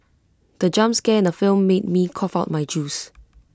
the jump scare in the film made me cough out my juice